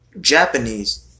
Japanese